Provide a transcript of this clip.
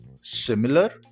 similar